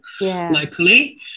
locally